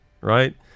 right